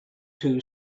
two